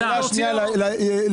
שאלה שנייה ליועצים